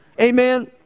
amen